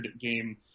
game